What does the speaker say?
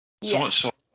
Yes